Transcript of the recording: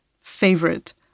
favorite